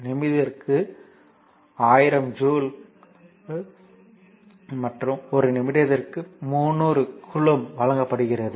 நிமிடத்திற்கு 1000 ஜூல் மற்றும் 1 நிமிடத்திற்கு 300 கூலொம்ப் வழங்கப்படுகிறது